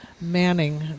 manning